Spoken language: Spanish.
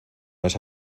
esa